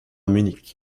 munich